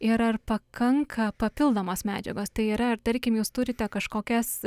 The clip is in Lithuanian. ir ar pakanka papildomos medžiagos tai yra ar tarkim jūs turite kažkokias